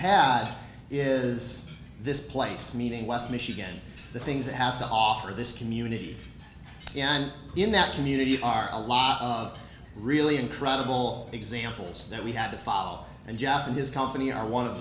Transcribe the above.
had is this place meeting west michigan the things it has to offer this can unity and in that community are a lot of really incredible examples that we have to follow and jeff and his company are one of